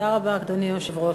אדוני היושב-ראש,